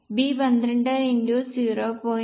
B 12 x 0